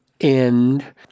end